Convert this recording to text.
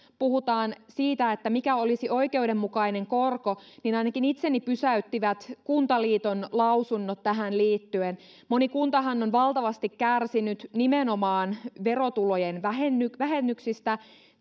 puhutaan siitä mikä olisi oikeudenmukainen korko niin ainakin itseni pysäyttivät kuntaliiton lausunnot tähän liittyen moni kuntahan on valtavasti kärsinyt nimenomaan verotulojen vähennyksistä vähennyksistä